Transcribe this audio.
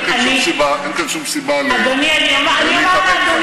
אין כאן שום סיבה אני אומר לאדוני,